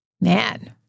Man